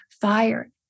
fire